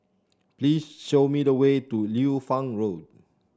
please show me the way to Liu Fang Road